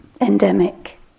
Endemic